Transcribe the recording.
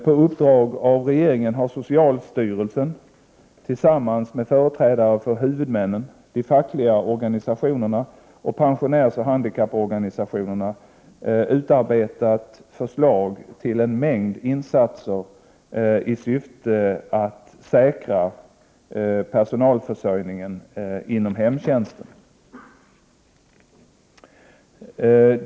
På uppdrag av regeringen har socialstyrelsen, tillsammans med företrädare för huvudmännen, de fackliga organisationerna och pensionärsoch handikapporganisationerna, utarbetat förslag till en mängd insatser i syfte att säkra personalförsörjningen inom hemtjänsten.